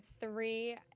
three